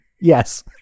yes